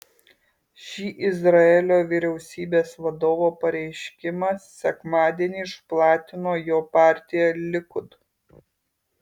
šį izraelio vyriausybės vadovo pareiškimą sekmadienį išplatino jo partija likud